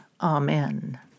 amen